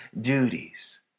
duties